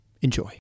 Enjoy